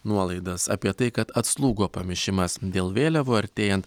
nuolaidas apie tai kad atslūgo pamišimas dėl vėliavų artėjant